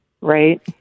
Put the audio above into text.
right